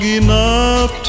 enough